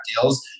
deals